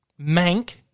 mank